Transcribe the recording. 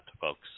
folks